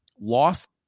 lost